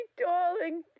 darling